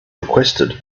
requested